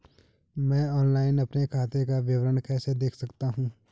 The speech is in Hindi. मैं ऑनलाइन अपने खाते का विवरण कैसे देख सकता हूँ?